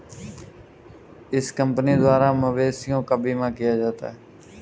इस कंपनी द्वारा मवेशियों का बीमा किया जाता है